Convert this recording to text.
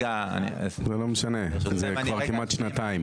זה לא משנה, זה כבר כמעט שנתיים.